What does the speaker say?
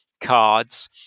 cards